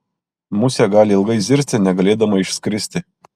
musė gali ilgai zirzti negalėdama išskristi